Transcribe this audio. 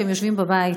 שהם יושבים בבית,